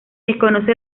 desconoce